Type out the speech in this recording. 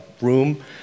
room